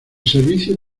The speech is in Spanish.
servicio